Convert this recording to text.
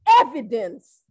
evidence